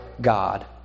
God